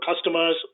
customers